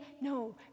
no